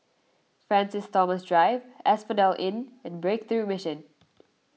Francis Thomas Drive Asphodel Inn and Breakthrough Mission